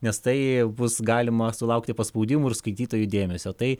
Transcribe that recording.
nes tai bus galima sulaukti paspaudimų ir skaitytojų dėmesio tai